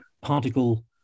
particle